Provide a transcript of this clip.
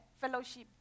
fellowship